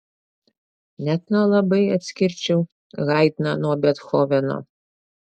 net nelabai atskirčiau haidną nuo bethoveno